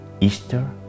Easter